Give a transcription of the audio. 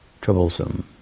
troublesome